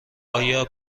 ایا